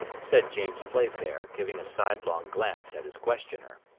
said james playfair, giving a sidelong glance at his questioner.